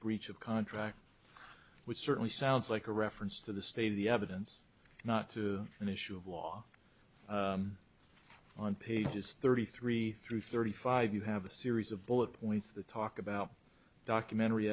breach of contract which certainly sounds like a reference to the state of the evidence not to an issue of law on pages thirty three through thirty five you have a series of bullet points the talk about documentary